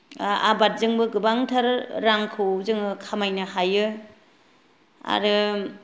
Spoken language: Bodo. आबादजोंबो गोबांथार रांखौ जोङो खामायनो हायो आरो